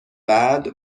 بعد